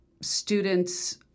students